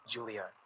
Julia